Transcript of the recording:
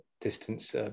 distance